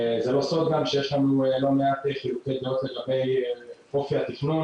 זה לא סוד גם שיש לנו לא מעט חילוקי דעות לגבי אופי התכנון